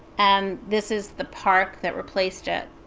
and this is the park that replaced it.